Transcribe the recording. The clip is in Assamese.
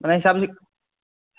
মানে হিচাপ লি